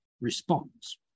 response